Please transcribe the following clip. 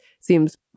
seems